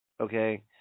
Okay